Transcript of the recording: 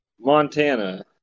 Montana